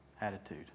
attitude